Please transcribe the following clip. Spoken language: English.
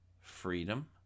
freedom